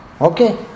okay